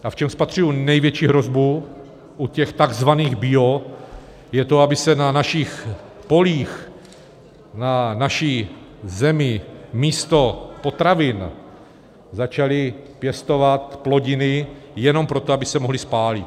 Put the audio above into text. A v čem spatřuji největší hrozbu, u těch takzvaných bio, je to, aby se na našich polích, na naší zemi místo potravin začaly pěstovat plodiny jenom proto, aby se mohly spálit.